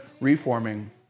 reforming